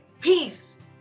peace